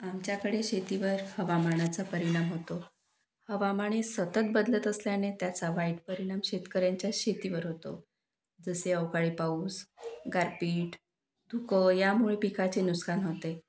आमच्याकडे शेतीवर हवामानाचा परिणाम होतो हवामान हे सतत बदलत असल्याने त्याचा वाईट परिणाम शेतकऱ्यांच्या शेतीवर होतो जसे अवकाळी पाऊस गारपीट धुकं यामुळे पिकाचे नुकसान होते